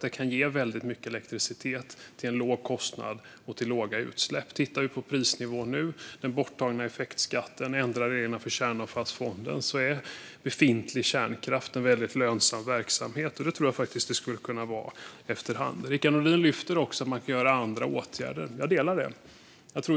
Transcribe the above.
Den kan ge mycket elektricitet till en låg kostnad och till låga utsläpp. Om vi tittar på prisnivån nu och den borttagna effektskatten och ändrar reglerna för Kärnavfallsfonden är befintlig kärnkraft en lönsam verksamhet. Det skulle den vara efter hand. Rickard Nordin lyfter upp andra åtgärder. Jag instämmer.